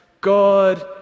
God